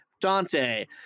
Dante